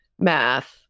math